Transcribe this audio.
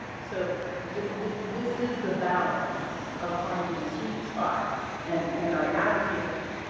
so this is the balance of finding the sweet spot and and i advocated pretty,